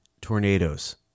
tornadoes